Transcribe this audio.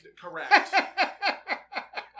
Correct